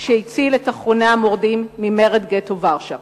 שהציל את אחרוני המורדים במרד גטו ורשה.